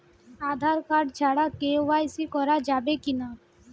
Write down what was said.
Aadhaar card ছাড়া KYC করা যাবে কি না?